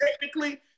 technically